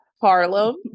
Harlem